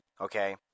okay